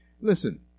Listen